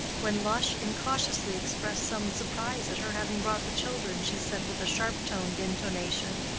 when lush incautiously expressed some surprise at her having brought the children, she said, with a sharp-toned intonation,